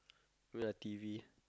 I mean like T_V